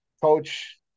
Coach